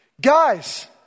guys